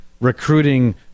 recruiting